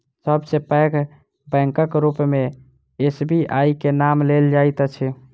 सब सॅ पैघ बैंकक रूप मे एस.बी.आई के नाम लेल जाइत अछि